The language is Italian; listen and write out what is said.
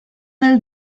nel